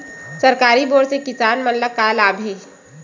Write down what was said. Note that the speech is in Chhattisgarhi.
सरकारी बोर से किसान मन ला का लाभ हे?